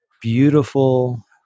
beautiful